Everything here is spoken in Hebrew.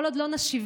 כל עוד לא נשיבם,